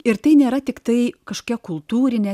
ir tai nėra tiktai kažkokia kultūrinė